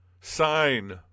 sign